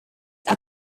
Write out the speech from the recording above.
are